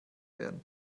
werden